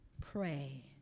pray